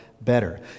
better